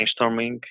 brainstorming